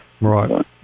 right